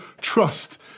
trust